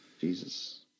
Jesus